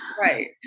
Right